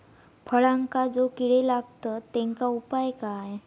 फळांका जो किडे लागतत तेनका उपाय काय?